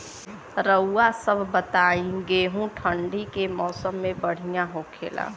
रउआ सभ बताई गेहूँ ठंडी के मौसम में बढ़ियां होखेला?